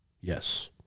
Yes